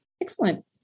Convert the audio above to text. excellent